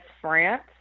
France